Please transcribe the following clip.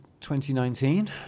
2019